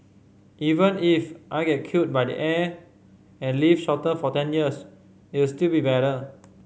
even if I get killed by the air and live shorter for ten years it'll still be better